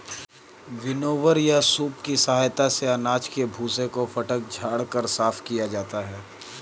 winnower या सूप की सहायता से अनाज के भूसे को फटक झाड़ कर साफ किया जाता है